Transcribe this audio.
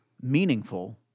meaningful